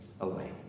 Away